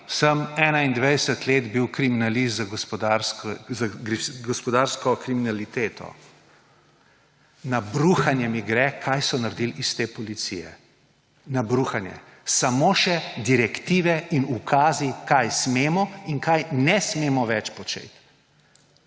bil 21 let kriminalist za gospodarsko kriminaliteto, na bruhanje mi gre, kaj so naredili iz te policije. Na bruhanje. Samo še direktive in ukazi, kaj smemo in česa ne smemo več početi.